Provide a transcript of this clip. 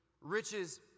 riches